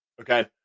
Okay